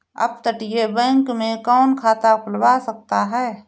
अपतटीय बैंक में कौन खाता खुलवा सकता है?